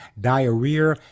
diarrhea